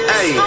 Hey